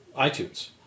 iTunes